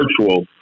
virtual